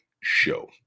Show